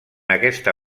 aquesta